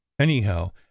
Anyhow